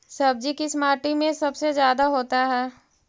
सब्जी किस माटी में सबसे ज्यादा होता है?